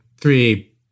three